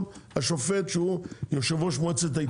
השופט שהוא יושב ראש מועצת העיתונות.